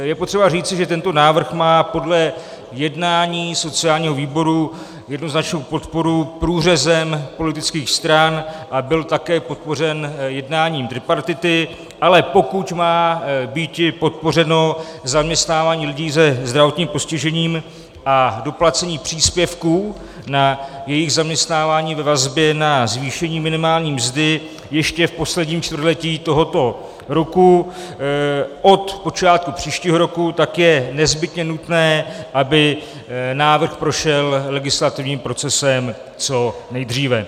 Je potřeba říci, že tento návrh má podle jednání sociálního výboru jednoznačnou podporu průřezem politických stran, a byl také podpořen jednáním tripartity, ale pokud má býti podpořeno zaměstnávání lidí se zdravotním postižením a doplacení příspěvků na jejich zaměstnávání ve vazbě na zvýšení minimální mzdy ještě v posledním čtvrtletí tohoto roku od počátku příštího roku, tak je nezbytně nutné, aby návrh prošel legislativním procesem co nejdříve.